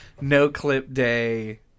no-clip-day